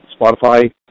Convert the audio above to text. Spotify